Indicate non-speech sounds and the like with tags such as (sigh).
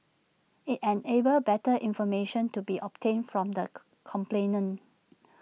IT enables better information to be obtained from the (hesitation) complainant